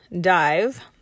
dive